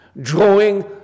drawing